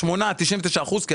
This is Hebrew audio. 99 אחוזים,